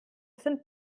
sind